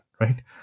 right